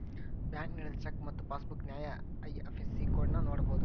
bank ನೇಡಿದ cheque ಮತ್ತ passbook ನ್ಯಾಯ ಐ.ಎಫ್.ಎಸ್.ಸಿ ಕೋಡ್ನ ನೋಡಬೋದು